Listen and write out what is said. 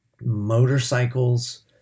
motorcycles